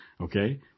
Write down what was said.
Okay